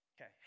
okay